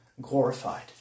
glorified